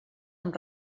amb